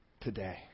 today